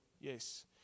Yes